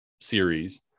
series